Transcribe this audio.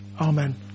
Amen